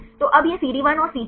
तो अब यह सीडी 1 और सीजी है